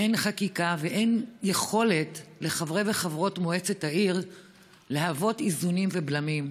אין חקיקה ואין יכולת לחברי וחברות מועצת העיר להוות איזונים ובלמים.